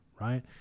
right